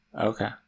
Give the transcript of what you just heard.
okay